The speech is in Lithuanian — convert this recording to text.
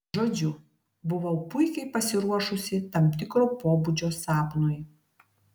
žodžiu buvau puikiai pasiruošusi tam tikro pobūdžio sapnui